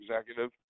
executive